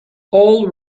all